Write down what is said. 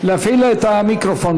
להפעיל לה את המיקרופון,